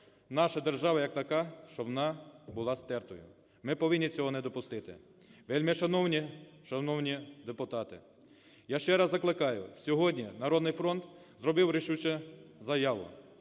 наша держава, як така, щоб вона була стертою, ми повинні цього не допустити. Вельмишановні, шановні депутати, я ще раз закликаю, сьогодні "Народний фронт" зробив рішучу заяву,